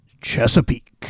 Chesapeake